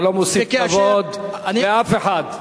אתה לא מוסיף כבוד לאף אחד.